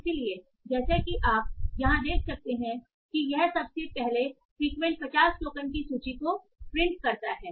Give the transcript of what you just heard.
इसलिए जैसा कि आप यहां देख सकते हैं कि यह सबसे पहले फ्रिक्वेंट 50 टोकन की सूची को प्रिंट करता है